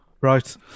Right